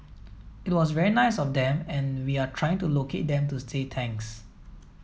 it was very nice of them and we are trying to locate them to say thanks